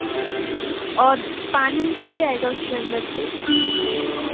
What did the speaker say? और पानी निकल जाएगा उसके अंदर से